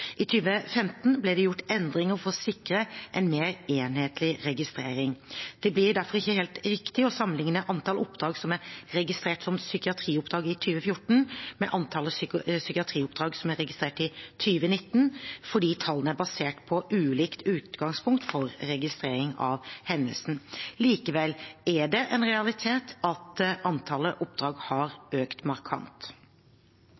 I 2015 ble det gjort endringer for å sikre en mer enhetlig registrering. Det blir derfor ikke helt riktig å sammenligne antall oppdrag som er registrert som psykiatrioppdrag i 2014, med antallet psykiatrioppdrag som er registrert i 2019, fordi tallene er basert på ulikt utgangspunkt for registrering av hendelsen. Likevel er det en realitet at antallet oppdrag